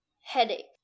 headache